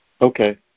Okay